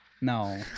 No